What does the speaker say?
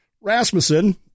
Rasmussen